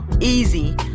easy